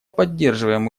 поддерживаем